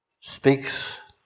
speaks